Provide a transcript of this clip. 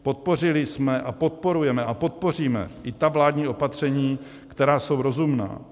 Podpořili jsme a podporujeme a podpoříme i ta vládní opatření, která jsou rozumná.